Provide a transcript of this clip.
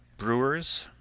brewers,